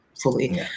fully